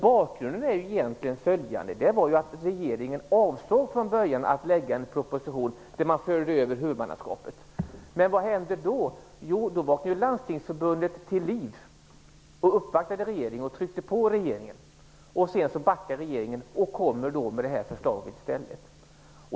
Bakgrunden är egentligen att regeringen från början avsåg att lägga fram en proposition där man föreslog att huvudmannaskapet fördes över till kommunerna. Men vad hände då? Jo, då vaknade Landstingsförbundet till liv, uppvaktade regeringen och kom med påtryckningar. Sedan backade regeringen och kom med det här förslaget i stället.